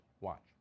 Watch